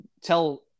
tell